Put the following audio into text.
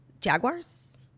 Jaguars